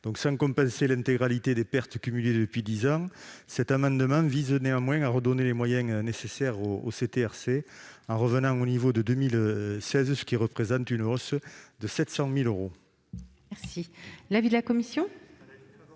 Sans compenser l'intégralité des pertes cumulées depuis dix ans, cet amendement vise néanmoins à redonner les moyens nécessaires aux CTRC, en revenant au niveau de 2016, soit une hausse de 700 000 euros.